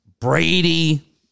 Brady